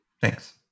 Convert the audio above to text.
Thanks